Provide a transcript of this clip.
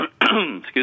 Excuse